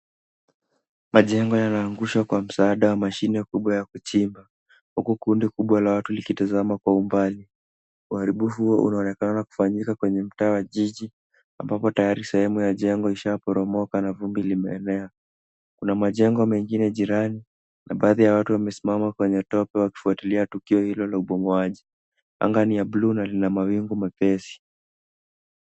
Majengo yanaangushwa kwa msaada wa mashine kubwa ya kuchimba huku kundi kubwa la watu likitazama kwa umbali. Uharibifu huo unaonekana kufanyika kwenye mtaa wa jiji, ambapo tayari sehemu ya jengo ishaporomoka na vumbi lime enea. Kuna majengo mengine jirani na baadhi ya watu wamesimama kwenye tope wakifuatilia tukio hilo la ubomoaji. Anga ni ya buluu na lina mawingu mwepesi.